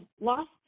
lost